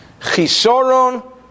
chisaron